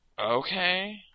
Okay